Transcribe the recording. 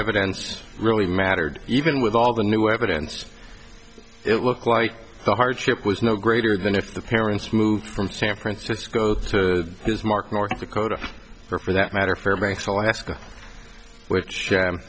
evidence really mattered even with all the new evidence it was quite the hardship was no greater than if the parents moved from san francisco to bismarck north dakota or for that matter fairbanks alaska which